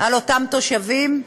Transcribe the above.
על התושבים.